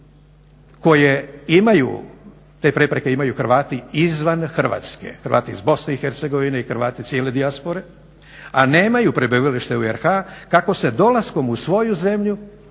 koje imaju, te prepreke imaju Hrvati izvan Hrvatske, Hrvati iz BiH i Hrvati cijele dijaspore, a nemaju prebivalište u RH kako se dolaskom u svoju zemlju